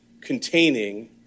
containing